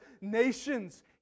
nations